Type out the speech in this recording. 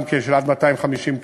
גם כן של עד 250 קמ"ש,